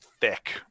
thick